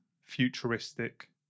futuristic